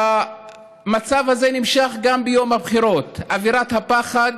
המצב הזה נמשך גם ביום הבחירות: אווירת פחד,